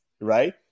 right